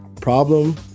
Problem